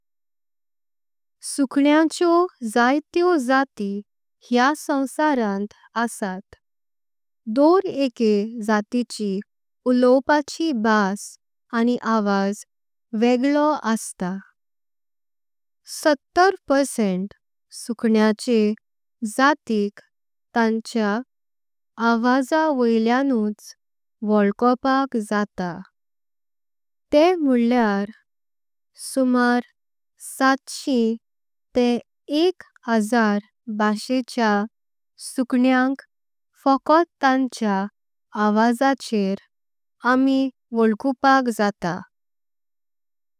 सुकण्याच्यो जात्यो जाती ह्या संसारांत अस्तात दर। एके जातिची उलवपाची भास आणी आवाज वेगळो। असता सत्तर परसेंट सुकण्याचे जातिक तांचे। आवाजावयलांच त्वल्लकोपाक जातात ते म्हळ्यार। सुमार साठशी ते एक हजार भाषेच्या सुकण्याक। फकत तांच्या आवाजार आम्ही त्वल्लकुपाक जातात।